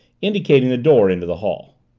indicating the door into the hall.